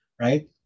right